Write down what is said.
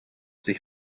sich